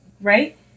Right